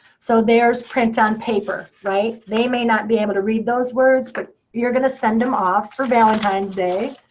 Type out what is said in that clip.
so there's print on paper, right? they may not be able to read those words. but you're going to send them off for valentine's day